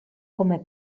come